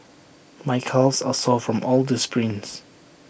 my calves are sore from all the sprints